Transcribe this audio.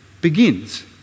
begins